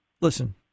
Listen